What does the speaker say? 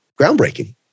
groundbreaking